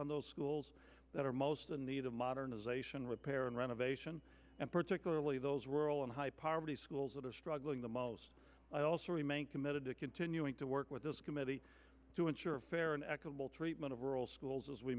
on those schools that are most in need of modernisation repair and renovation and particularly those rural and high poverty schools that are struggling the most remain committed to continuing to work with this committee to ensure fair and equitable treatment of rural schools as we